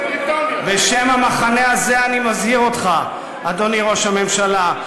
בשם המחנה הזה אני מזהיר אותך, אדוני ראש הממשלה.